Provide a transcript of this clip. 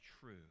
true